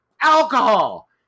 Alcohol